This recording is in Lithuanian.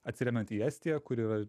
atsiremiant į estiją kuri yra